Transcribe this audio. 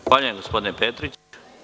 Zahvaljujem, gospodine Petriću.